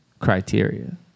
criteria